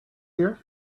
here